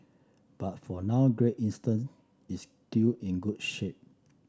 but for now Great Eastern is still in good shape